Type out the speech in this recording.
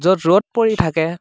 য'ত ৰ'দ পৰি থাকে